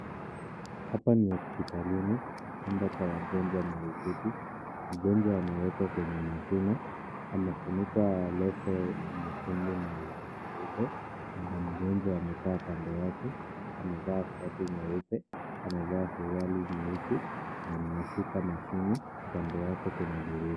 Hapa ni hosiptalini, chumba cha wagonjwa mahututi, mgonjwa amewekwa kwenye mashine, amefunikwa leso nyekundu na nyeupe, baba mgonjwa amekaa kando yake amevaa shati nyeupe, amevaa suruali nyeusi anashika mashini kando yake kuna dirisha.